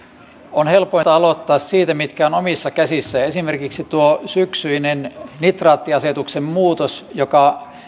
on helpointa aloittaa siitä mitkä ovat omissa käsissä esimerkiksi tuo syksyinen nitraattiasetuksen muutos joka